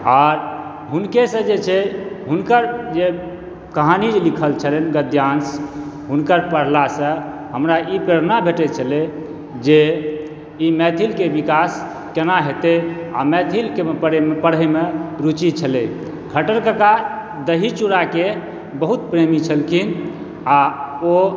आर हुनके सॅं जी छै हुनकर कहानी जे लिखल छलनि गद्यांश हुनकर पढ़ला सॅं हमरा ई प्रेरणा भेटै छलै जे कि मैथिलके विकास केना हेतै आ मैथिल के पढ़ैमे रूचि छलै खट्टर कका दही चूड़ा के बहुत प्रेमी छलखिन आ ओ